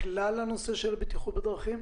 בכלל הנושא של בטיחות בדרכים?